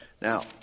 Now